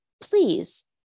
please